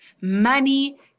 money